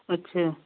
अच्छा